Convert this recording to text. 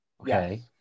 okay